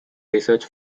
research